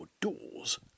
doors